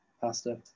Pasta